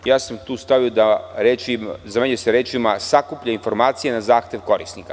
Ja sam tu stavio da se zamenjuju rečima - sakuplja informacije na zahtev korisnika.